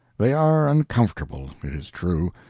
they are uncomfortable, it is true,